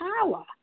power